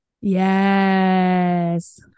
yes